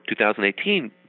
2018